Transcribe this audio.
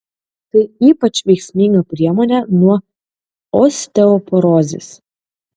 tai ypač veiksminga priemonė nuo osteoporozės